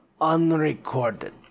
unrecorded